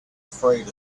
afraid